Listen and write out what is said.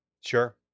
Sure